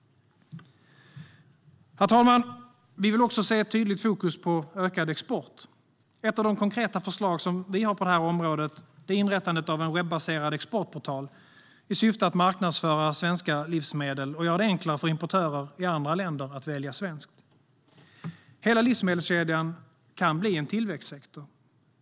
Herr talman! Vi vill också se ett tydligt fokus på ökad export. Ett av de konkreta förslag som vi har på det här området är inrättandet av en webbaserad exportportal i syfte att marknadsföra svenska livsmedel och göra det enklare för importörer i andra länder att välja svenskt. Hela livsmedelskedjan kan bli en tillväxtsektor.